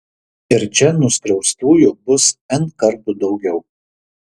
ir čia nuskriaustųjų bus n kartų daugiau